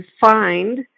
find